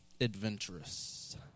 adventurous